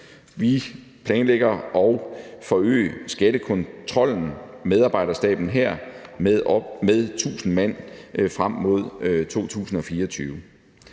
Vi planlægger at forøge skattekontrollens medarbejderstab med 1.000 mand frem mod 2024.